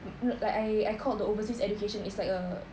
no like I I called the overseas education it's like a